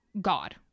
god